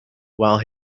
while